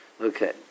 okay